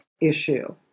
issue